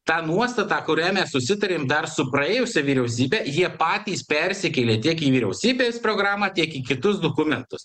tą nuostatą kurią mes susitarėm dar su praėjusia vyriausybe jie patys persikėlė tiek į vyriausybės programą tiek į kitus dukumentus